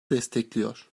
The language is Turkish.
destekliyor